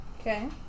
Okay